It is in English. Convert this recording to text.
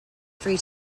three